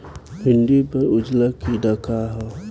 भिंडी पर उजला कीड़ा का है?